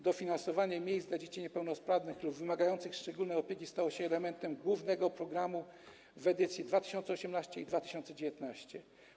Dofinansowanie miejsc dla dzieci niepełnosprawnych lub wymagających szczególnej opieki stało się elementem głównego programu w edycji 2018 i 2019.